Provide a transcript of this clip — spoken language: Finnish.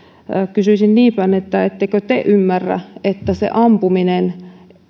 kysyisin niinpäin että ettekö te ymmärrä että se ampuminen